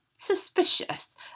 suspicious